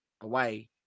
away